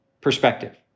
perspective